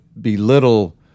belittle